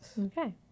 Okay